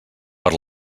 per